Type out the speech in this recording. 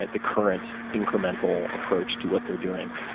and the current incremental approach to what they're doing,